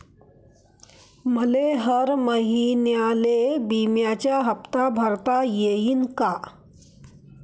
मले हर महिन्याले बिम्याचा हप्ता भरता येईन का?